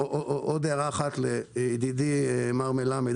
עוד הערה אחת לידידי מר מלמד: